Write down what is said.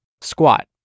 Squat